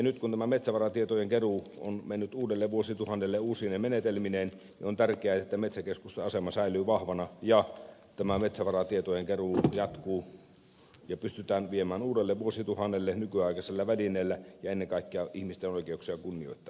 nyt kun tämä metsävaratietojen keruu on mennyt uudelle vuosituhannelle uusine menetelmineen on tärkeää että metsäkeskusten asema säilyy vahvana ja tämä metsävaratietojen keruu jatkuu ja se pystytään viemään uudelle vuosituhannelle nykyaikaisilla välineillä ja ennen kaikkea ihmisten oikeuksia kunnioittaen